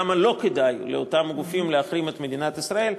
למה לא כדאי לאותם גופים להחרים את מדינת ישראל: